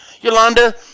Yolanda